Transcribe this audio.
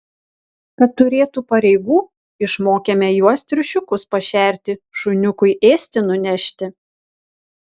kad turėtų pareigų išmokėme juos triušiukus pašerti šuniukui ėsti nunešti